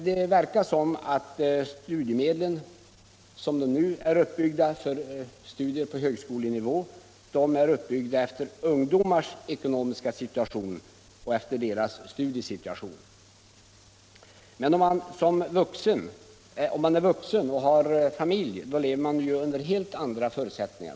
Det verkar som om studiemedelssystemet för studier på högskolenivå är uppbyggt efter ungdomars ekonomiska situation och studiesituation. Om man är vuxen och har familj lever man under helt andra förhållanden.